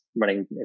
running